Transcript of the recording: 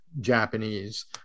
Japanese